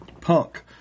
Punk